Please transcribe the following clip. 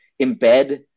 embed